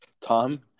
Tom